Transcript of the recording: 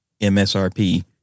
MSRP